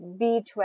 B12